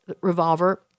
Revolver